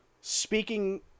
Speaking